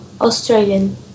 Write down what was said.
Australian